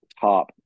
top –